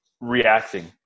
reacting